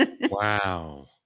Wow